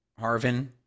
Harvin